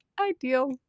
ideal